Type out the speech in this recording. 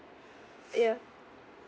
yeah